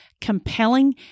compelling